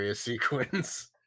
sequence